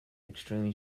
extremely